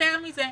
יותר מזה,